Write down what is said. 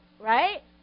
right